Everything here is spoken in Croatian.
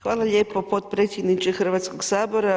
Hvala lijepo potpredsjedniče Hrvatskoga sabora.